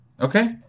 okay